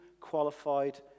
qualified